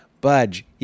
budge